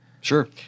Sure